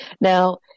Now